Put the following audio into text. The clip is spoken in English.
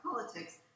politics